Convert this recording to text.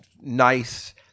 nice